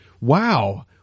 Wow